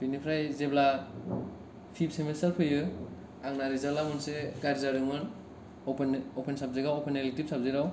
बेनिफ्राय जेब्ला fifth semester फैयो आंना रिजाल्टा मोनसे गाज्रि जादोंमोन अपेन साबजेक्टाव अपेन इलेकटिभ साबजेक्टाव